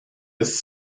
des